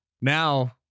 Now